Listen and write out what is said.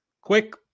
Quick